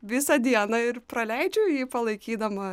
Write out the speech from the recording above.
visą dieną ir praleidžiu jį palaikydama